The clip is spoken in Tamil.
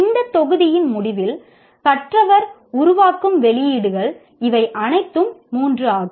இந்த தொகுதியின் முடிவில் கற்றவர் உருவாக்கும் வெளியீடுகள் இவை அனைத்தும் 3 ஆகும்